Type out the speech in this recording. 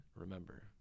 remember